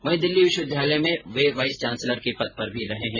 वहीं दिल्ली विश्वविद्यालय में वे वाइस चांसलर के पद पर भी रहे है